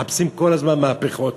מחפשים כל הזמן מהפכות,